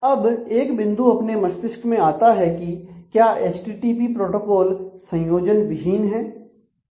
अब एक बिंदु अपने मस्तिष्क में आता है कि क्या एचटीटीपी प्रोटोकोल संयोजन विहीन है